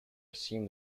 assume